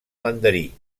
mandarí